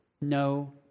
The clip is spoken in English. no